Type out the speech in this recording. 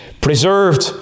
preserved